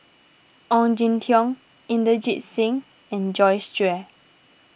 Ong Jin Teong Inderjit Singh and Joyce Jue